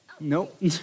Nope